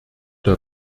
der